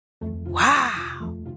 Wow